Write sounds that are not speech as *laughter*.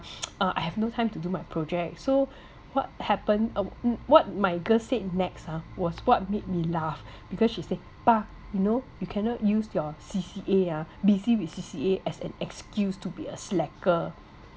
*noise* I have no time to do my project so what happen uh what my girl said next ah was what made me laugh because she said 爸 you know you cannot use your C_C_A ah busy with C_C_A as an excuse to be a slacker